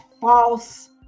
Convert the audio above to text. false